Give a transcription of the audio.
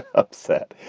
upset.